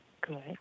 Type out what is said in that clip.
Good